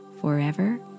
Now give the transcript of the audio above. forever